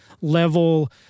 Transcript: level